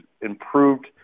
improved